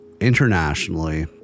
internationally